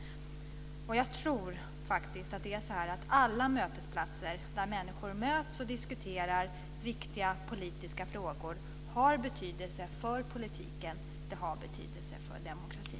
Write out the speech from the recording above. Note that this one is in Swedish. Jag tror faktiskt att alla mötesplatser där människor kommer samman och diskuterar viktiga politiska frågor har betydelse för politiken och för demokratin.